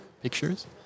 pictures